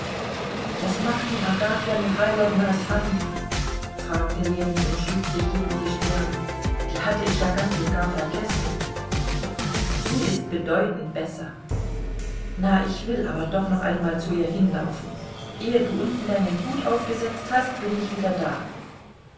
was macht denn agafja michailownas hand fragte ljewin und schlug sich gegen die stirn die hatte ich ja ganz und gar vergessen sie ist bedeutend besser na ich will aber doch einmal zu ihr hinlaufen ehe du unten deinen hut aufgesetzt hast bin ich wieder da